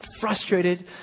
frustrated